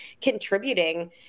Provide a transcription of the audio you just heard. contributing